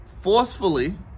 forcefully